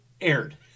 aired